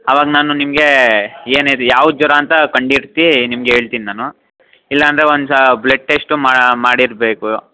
ಅವಾಗ ನಾನು ನಿಮಗೆ ಏನು ಇದು ಯಾವ ಜ್ವರ ಅಂತ ಕಂಡಿಡ್ದು ನಿಮ್ಗೆ ಹೇಳ್ತಿನ್ ನಾನು ಇಲ್ಲಾಂದ್ರೆ ಒಂದು ಸಾರಿ ಬ್ಲಡ್ ಟೆಸ್ಟು ಮಾಡಿರ್ಬೇಕು